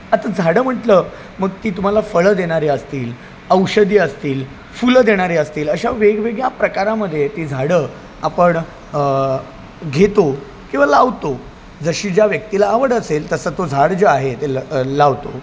आता झाडं म्हटलं मग ती तुम्हाला फळं देणारी असतील औषधी असतील फुलं देणारी असतील अशा वेगवेगळ्या प्रकारामध्ये ती झाडं आपण घेतो किंवा लावतो जशी ज्या व्यक्तीला आवड असेल तसं तो झाड जे आहे ते लावतो